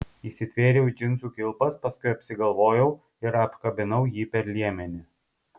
įsitvėriau į džinsų kilpas paskui apsigalvojau ir apkabinau jį per liemenį